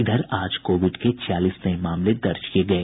इधर आज कोविड के छियालीस नये मामले दर्ज किये गये